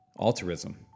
altruism